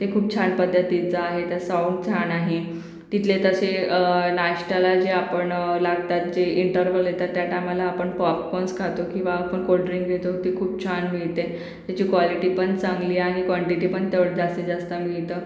ते खूप छान पद्धतीचं आहे त्या साऊंड छान आहे तिथले तसे नाश्त्याला जे आपण लागतात जे इंटरवल येतात त्या टायमाला आपण पॉपकॉन्स खातो किंवा आपण कोल्ड्रिंक घेतो ते खूप छान मिळते त्याची क्वालिटी पण चांगली आणि क्वांटिटी पण तेव जास्तीत जास्त मिळतं